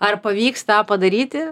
ar pavyks tą padaryti